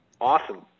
Awesome